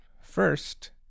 first